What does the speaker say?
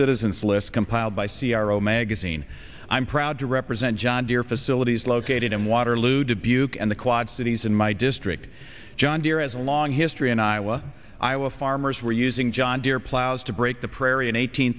citizens list compiled by c r o magazine i'm proud to represent john deere facilities located in waterloo dubuque and the quad cities in my district john deere as long history and iowa iowa farmers were using john deere plows to break the prairie an eight